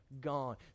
gone